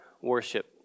worship